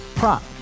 Prop